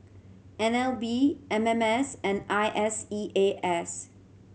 N L B M M S and I S E A S